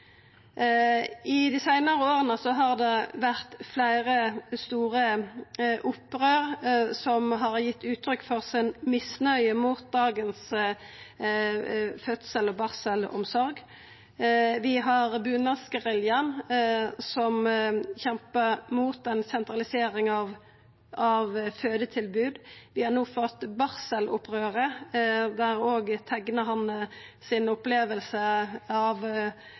I dei seinare åra har det vore fleire store opprør som har gitt uttrykk for misnøye med dagens fødsels- og barselomsorg. Vi har Bunadsgeriljaen, som kjempar mot ei sentralisering av fødetilbod. Vi har no fått Barselopprøret – der òg Tegnehanne sine skildringar av